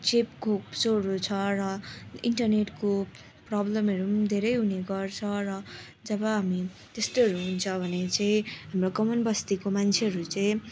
चेप खोप्चोहरू छ र इन्टरनेटको प्रबलमहरू पनि धेरै हुने गर्छ र जब हामी त्यस्तैहरू हुन्छ भने चाहिँ हाम्रो कमान बस्तीको मान्छेहरू चाहिँ